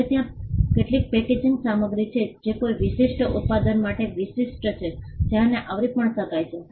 હવે ત્યાં કેટલીક પેકેજીંગ સામગ્રી છે જે કોઈ વિશિષ્ટ ઉત્પાદન માટે વિશિષ્ટ છે જેને આવરી પણ શકાય છે